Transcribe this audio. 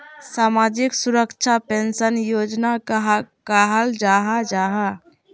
सामाजिक सुरक्षा पेंशन योजना कहाक कहाल जाहा जाहा?